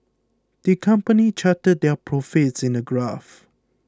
the company charted their profits in a graph